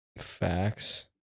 Facts